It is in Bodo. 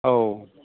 औ